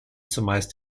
zumeist